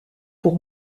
pour